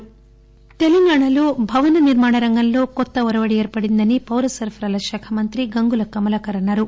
కరీంనగర్ తెలంగాణలో భవననిర్మాణ రంగంలో కొత్త ఒరవడి ఏర్పడిందని పౌరసరఫరాల శాఖ మంత్రి గంగుల కమలాకర్ అన్నారు